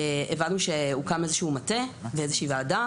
הבנו שהוקם איזה שהוא מטה ואיזה שהיא וועדה